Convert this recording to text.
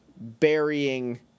burying